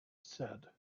said